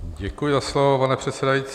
Děkuji za slovo, pane předsedající.